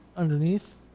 underneath